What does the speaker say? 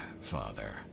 father